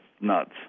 Nuts